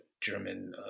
German